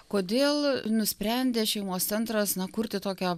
kodėl nusprendė šeimos centras na kurti tokią